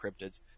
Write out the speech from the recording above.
cryptids